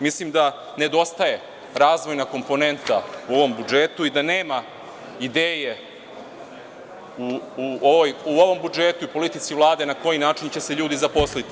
Mislim da nedostaje razvojna komponenta u ovom budžetu i da nema ideje u ovom budžetu i politici Vlade na koji način će se ljudi zaposliti.